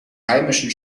heimischen